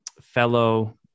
fellow